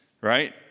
right